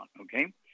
Okay